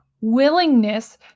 willingness